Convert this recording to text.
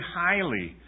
highly